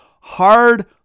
Hard